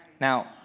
Now